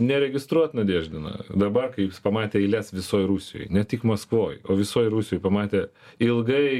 neregistruot nadieždino dabar kai jis pamatė eiles visoj rusijoj ne tik maskvoj o visoj rusijoj pamatė ilgai